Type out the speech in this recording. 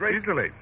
Easily